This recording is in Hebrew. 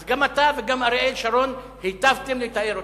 אז גם אתה וגם אריאל שרון היטבתם לתאר אותנו.